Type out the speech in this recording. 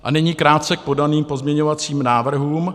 A nyní krátce k podaným pozměňovacím návrhům.